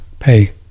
pay